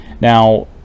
now